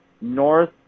North